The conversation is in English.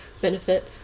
benefit